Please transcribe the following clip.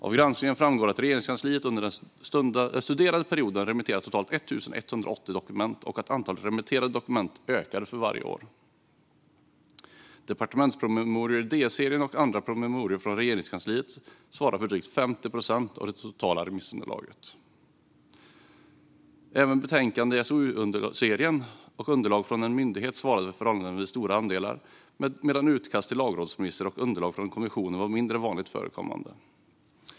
Av granskningen framgår att Regeringskansliet under den studerade perioden remitterade totalt 1 180 dokument och att antalet remitterade dokument ökade för varje år. Departementspromemorior i Ds-serien och andra promemorior från Regeringskansliet svarade för drygt 50 procent av det totala remissunderlaget. Även betänkanden i SOU-serien och underlag från en myndighet svarade för förhållandevis stora andelar, medan utkast till lagrådsremisser och underlag från kommissionen var mindre vanligt förekommande.